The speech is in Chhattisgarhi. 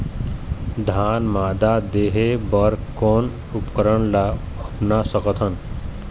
धान मादा देहे बर कोन उपकरण ला अपना सकथन?